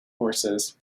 horses